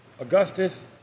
Augustus